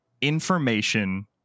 information